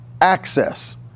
access